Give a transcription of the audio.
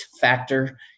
factor